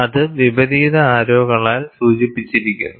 അത് വിപരീത ആരോകളാൽ സൂചിപ്പിച്ചിരിക്കുന്നു